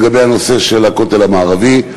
לגבי הנושא של הכותל המערבי,